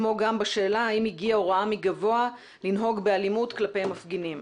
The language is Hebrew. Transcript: כמו גם בשאלה האם הגיעה הוראה מגבוה לנהוג באלימות כלפי מפגינים.